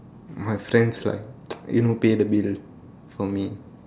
my friends like you know pay the bill for me